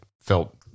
felt